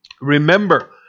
Remember